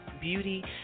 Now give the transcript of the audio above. beauty